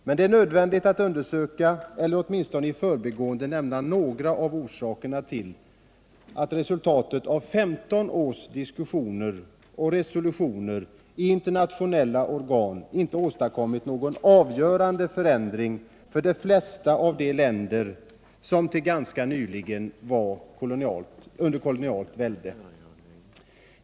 Men det är nödvändigt att undersöka eller åtminstone i förbigående nämna några av orsakerna till att 15 års diskussioner och resolutioner i internationella organ inte åstadkommit någon avgörande förändring för de flesta av länder som till ganska nyligen var under kolonialt välde.